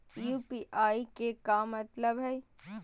UPI के का मतलब हई?